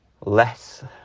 less